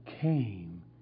came